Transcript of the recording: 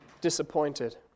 disappointed